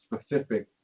specific